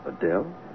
Adele